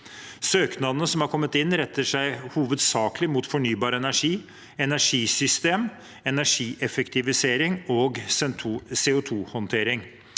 Søknadene som har kommet inn, retter seg hovedsakelig mot fornybar energi, energisystem, energieffektivisering og CO2-håndtering.